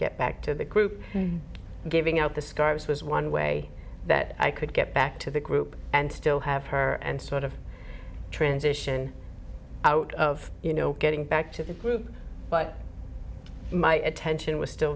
get back to the group and giving out the scarves was one way that i could get back to the group and still have her and sort of transition out of you know getting back to the group but my attention was still